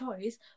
choice